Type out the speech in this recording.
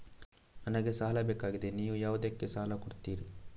ನನಗೆ ಸಾಲ ಬೇಕಾಗಿದೆ, ನೀವು ಯಾವುದಕ್ಕೆ ಸಾಲ ಕೊಡ್ತೀರಿ?